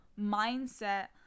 mindset